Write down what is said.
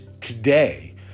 today